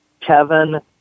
Kevin